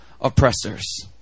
oppressors